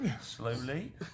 slowly